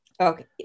Okay